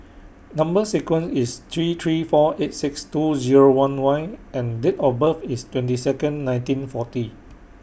Number sequence IS three three four eight six two Zero one Y and Date of birth IS twenty Second February nineteen forty